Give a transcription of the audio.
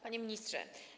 Panie Ministrze!